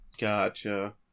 Gotcha